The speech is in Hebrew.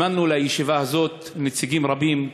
הזמנו לישיבה הזאת נציגים רבים,